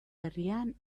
herrian